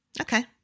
Okay